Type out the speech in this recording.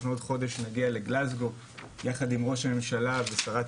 אנחנו עוד חודש נגיע לגלזגו יחד עם ראש הממשלה ושרת